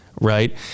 Right